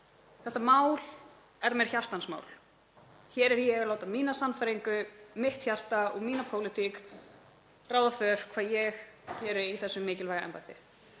Þetta mál er mér hjartans mál. Hér er ég að láta mína sannfæringu, mitt hjarta og mína pólitík ráða för í því hvað ég geri í þessu mikilvæga embætti.